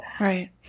Right